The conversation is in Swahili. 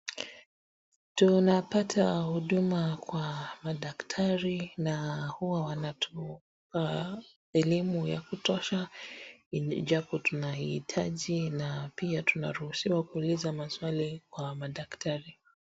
Tunapata huduma kwa madaktari na huwa wanatupa elimu ya kutosha ijapo tunaiitaji na pia tunaruhusiwa kuuliza maswali kwa madaktari.